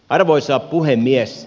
arvoisa puhemies